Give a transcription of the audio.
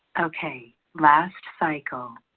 okay, last cycle.